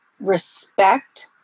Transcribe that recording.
respect